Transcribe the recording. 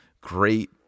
great